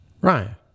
Ryan